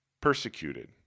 Persecuted